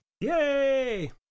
Yay